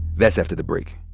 that's after the break.